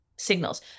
Signals